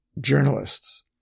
journalists